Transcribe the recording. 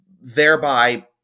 thereby